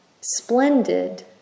splendid